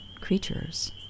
creatures